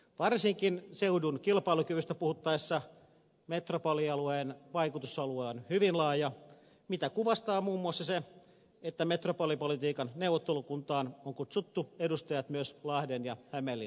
varsinkin seudun kilpailukyvystä puhuttaessa metropolialueen vaikutusalue on hyvin laaja mitä kuvastaa muun muassa se että metropolipolitiikan neuvottelukuntaan on kutsuttu edustajat myös lahden ja hämeenlinnan kaupungeista